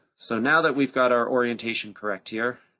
so now that we've got our orientation correct here,